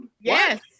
yes